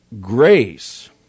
grace